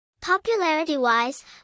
Popularity-wise